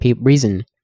reason